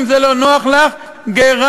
גם אם זה לא נוח לך, גירשנו.